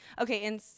Okay